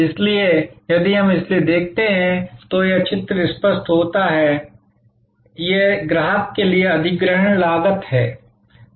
इसलिए यदि हम इसलिए देखते हैं तो यह चित्र स्पष्ट हो जाता है यह ग्राहक के लिए अधिग्रहण लागत है